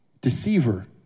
Deceiver